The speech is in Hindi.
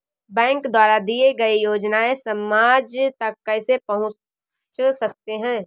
बैंक द्वारा दिए गए योजनाएँ समाज तक कैसे पहुँच सकते हैं?